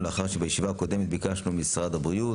לאחר שבישיבה הקודמת ביקשנו ממשרד הבריאות,